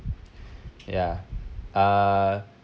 ya uh